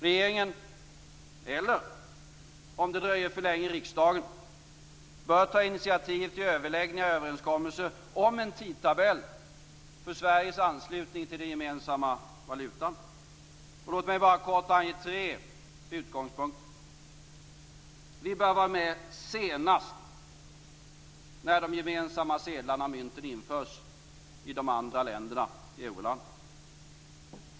Regeringen eller, om det dröjer för länge, riksdagen bör ta initiativ till överläggningar och överenskommelser om en tidtabell för Sveriges anslutning till den gemensamma valutan. Låt mig bara kort ange tre utgångspunkter. Vi bör vara med senast när de gemensamma sedlarna och mynten införs i de andra länderna i Euroland.